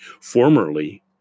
Formerly